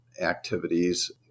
activities